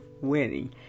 winning